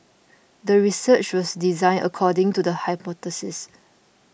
the research was designed according to the hypothesis